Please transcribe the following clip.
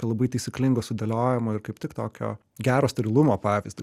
labai taisyklingo sudėliojimo ir kaip tik tokio gero sterilumo pavyzdį